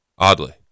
Oddly